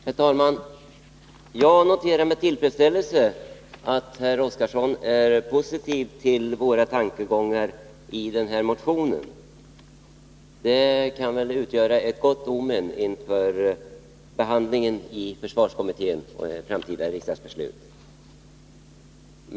Herr talman! Jag noterar med tillfredsställelse att herr Oskarson är positiv till våra tankegångar i motionen. Det kan kanske utgöra ett gott omen inför behandlingen av frågan i försvarskommittén och inför ett framtida riksdagsbeslut.